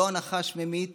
לא הנחש ממית